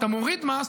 כשאתה מוריד מס,